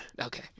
Okay